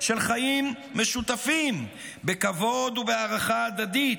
של חיים משותפים בכבוד ובהערכה הדדית,